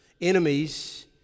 enemies